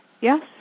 Yes